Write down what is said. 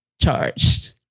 charged